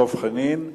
דב חנין ואגבאריה.